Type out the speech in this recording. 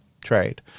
trade